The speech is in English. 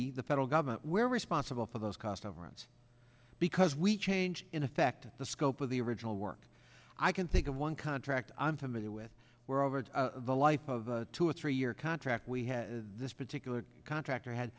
the federal government where responsible for those cost overruns because we change in effect the scope of the original work i can think of one contract i'm familiar with where over the life of the two or three year contract we had this particular contractor had